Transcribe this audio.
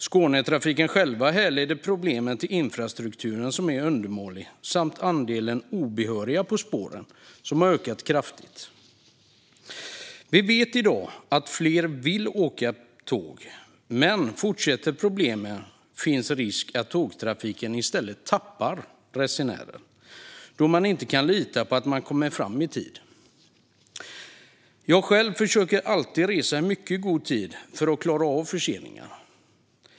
Skånetrafiken härleder själva problemen till infrastrukturen som är undermålig samt att andelen obehöriga på spåren har ökat kraftigt. Vi vet i dag att fler vill åka tåg, men fortsätter problemen finns det en risk att tågtrafiken i stället tappar resenärer eftersom man inte kan lita på att man kommer fram i tid. Jag försöker själv alltid att resa i mycket god tid för att klara av förseningar.